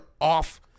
off